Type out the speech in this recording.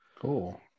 Cool